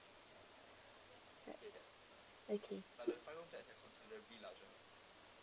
okay